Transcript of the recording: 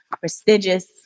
prestigious